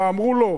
מה אמרו לו,